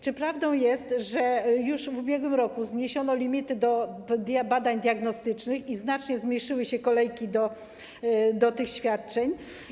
Czy prawdą jest, że już w ubiegłym roku zniesiono limity w przypadku badań diagnostycznych i znacznie zmniejszyły się kolejki do tych świadczeń?